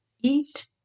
Eat